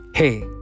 Hey